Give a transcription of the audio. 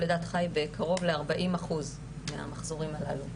לידת חי בקרוב ל-40% מהמחזורים הללו,